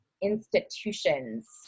institutions